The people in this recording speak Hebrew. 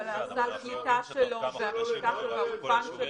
אבל מדובר בסל הקליטה שלו, באולפן שלו וכולי.